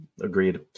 agreed